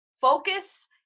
Focus